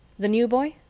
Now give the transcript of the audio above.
the new boy?